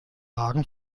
hagen